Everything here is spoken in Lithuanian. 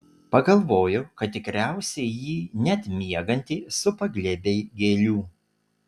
pagalvojau kad tikriausiai jį net miegantį supa glėbiai gėlių